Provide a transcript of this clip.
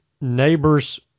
neighbors